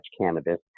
cannabis